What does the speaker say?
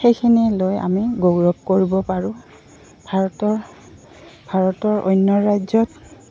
সেইখিনিয়ে লৈ আমি গৌৰৱ কৰিব পাৰোঁ ভাৰতৰ ভাৰতৰ অন্য ৰাজ্যত